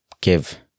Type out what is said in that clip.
give